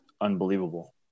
unbelievable